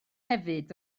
hefyd